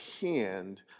hand